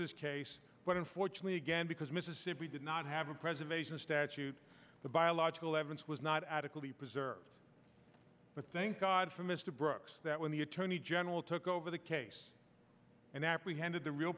brooks's case but unfortunately again because mississippi did not have a preservation statute the biological evidence was not adequately preserved but thank god for mr brooks that when the attorney general took over the case and apprehended the real